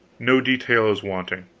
no detail is wanting.